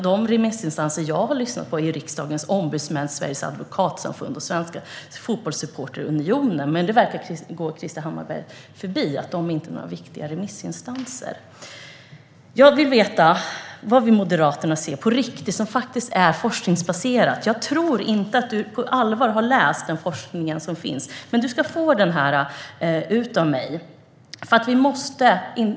De remissinstanser jag har lyssnat på är riksdagens ombudsmän, Sveriges Advokatsamfund och Svenska Fotbollssupporterunionen. Det verkar gå Krister Hammarbergh förbi att de är viktiga remissinstanser. Jag vill veta vad moderaterna vill se på riktigt, som faktiskt är forskningsbaserat. Jag tror inte att Krister Hammarbergh på allvar har läst den forskning som finns, men han ska få mitt material.